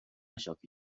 شاکی